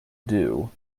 dew